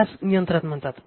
त्यास नियंत्रण म्हणतात